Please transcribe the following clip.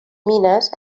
mines